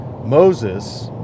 Moses